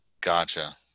gotcha